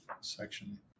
section